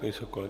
Děkuji.